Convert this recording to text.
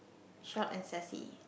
short and sassy